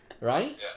right